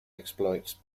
exploits